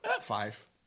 five